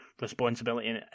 Responsibility